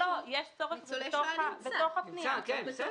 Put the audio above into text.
יש צורך בתוך הפנייה.